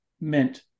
meant